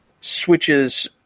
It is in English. switches